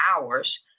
hours